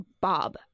Bob